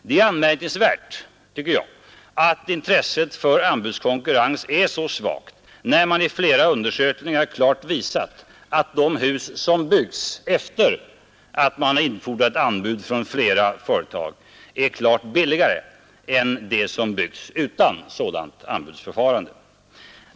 Det är anmärkningsvärt, tycker jag, att intresset för anbudskonkurrens är så svagt, när man i flera undersökningar klart visat att de hus som byggts efter det att man har infordrat anbud från flera företag är klart billigare än de som byggts utan sådant anbudsförfarande.